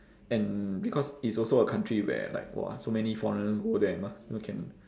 and because it's also a country where like !wah! so many foreigners go there mah so can